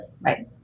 Right